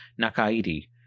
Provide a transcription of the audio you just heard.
Nakaidi